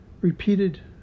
Repeated